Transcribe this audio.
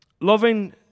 loving